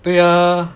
对 ah